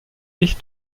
ich